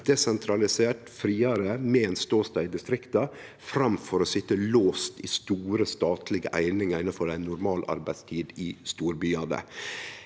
desentralisert, friare og med ein ståstad i distrikta framfor å sitje låste i store statlege einingar innanfor ei normalarbeidstid i storbyane.